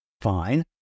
fine